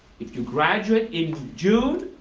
if you graduate in june,